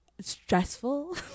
stressful